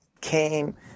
came